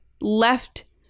left